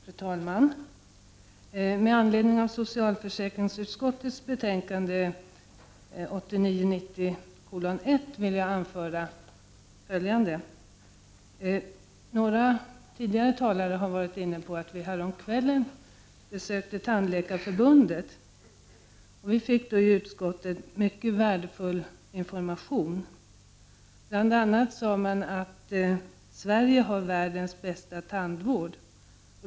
Fru talman! Med anledning av socialförsäkringsutskottets betänkande 1989/90:1 vill jag anföra följande. Som några tidigare talare har sagt besökte utskottet häromkvällen Tandläkarförbundet och fick då en hel del värdefull information. Bl.a. sade man att Sverige har världens bästa tandvård.